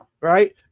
Right